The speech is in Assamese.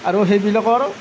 আৰু সেইবিলাকৰ